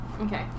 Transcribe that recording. Okay